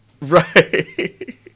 right